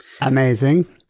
Amazing